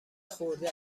خورده